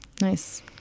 Nice